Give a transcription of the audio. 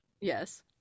yes